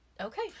okay